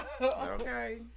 Okay